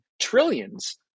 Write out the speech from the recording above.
trillions